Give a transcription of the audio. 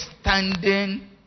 standing